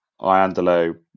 Iandolo